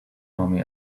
mommy